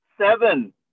seven